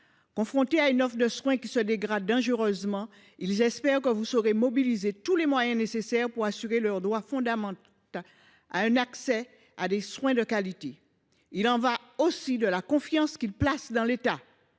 Confrontés à une offre de soins qui se dégrade dangereusement, ils espèrent que vous saurez mobiliser tous les moyens nécessaires pour assurer leur droit fondamental à un accès à des soins de qualité. Il y va aussi de la confiance qu’ils placent dans l’État.